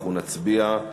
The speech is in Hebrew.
אנחנו נצביע,